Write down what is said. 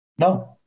No